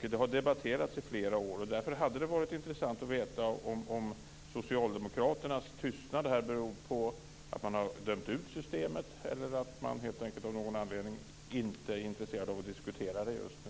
Det har debatterats i flera år. Därför hade det varit intressant att veta om socialdemokraternas tystnad beror på att man har dömt ut systemet eller att man helt enkelt av någon anledning inte är intresserad av att diskutera det just nu.